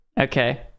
Okay